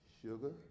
sugar